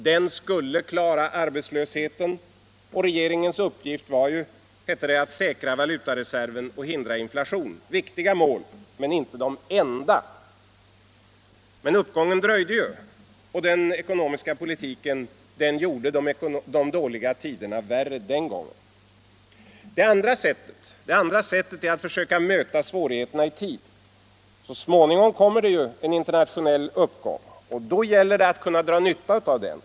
Den skulle klara arbetslösheten. Regeringens uppgift var, hette det, att säkra valutareserven och hindra inflation — viktiga mål men inte de enda. Men uppgången dröjde. Och den ekonomiska politiken gjorde de dåliga tiderna ännu värre den gången. Det andra sättet är att försöka möta svårigheterna i tid. Så småningom kommer det en internationell uppgång, och då gäller det att kunna dra nytta av den.